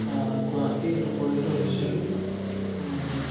গুৱাহাটীত উপনীত হৈছিলোঁ